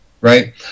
right